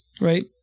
Right